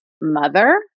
mother